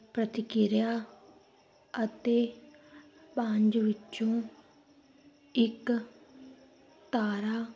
ਪ੍ਰਤੀਕਿਰਿਆ ਅਤੇ ਪੰਜ ਵਿੱਚੋਂ ਇੱਕ ਤਾਰਾ